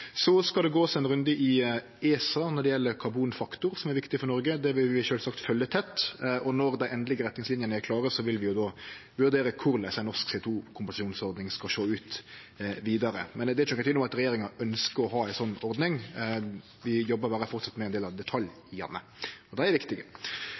Så skal det vere ein ny runde i ESA når det gjeld karbonfaktor, noko som er viktig for Noreg. Det vil vi sjølvsagt følgje tett, og når dei endelege retningslinjene er klare, vil vi vurdere korleis ei norsk CO 2 -kompensasjonsordning skal sjå ut vidare. Men det er ikkje nokon tvil om at regjeringa ønskjer å ha ei slik ordning. Vi jobbar berre framleis med ein del av